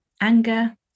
anger